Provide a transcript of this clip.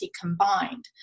combined